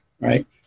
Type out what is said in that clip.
right